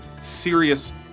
serious